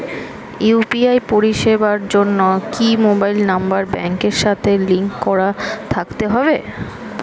UPI পরিষেবার জন্য কি মোবাইল নাম্বার ব্যাংকের সাথে লিংক করা থাকতে হবে?